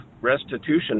restitution